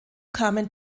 kamen